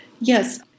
Yes